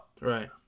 Right